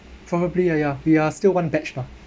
probably ya ya we are still one batch mah